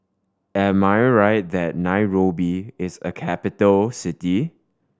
am I right that Nairobi is a capital city